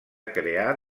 crear